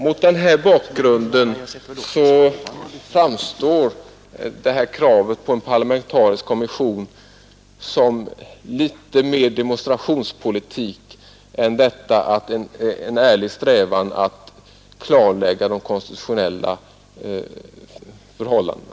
Mot denna bakgrund framstår detta krav på en parlamentarisk kommission snarare som demonstrationspolitik än som en ärlig strävan att klarlägga de konstitutionella förhållandena.